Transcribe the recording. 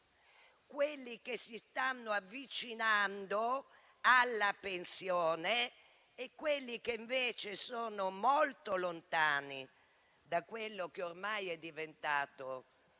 quelli che si stanno avvicinando alla pensione e quelli che, invece, sono molto lontani da quello che ormai è diventato, in